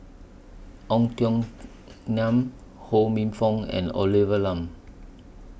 Ong Tiong Khiam Ho Minfong and Olivia Lum